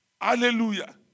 Hallelujah